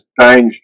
changed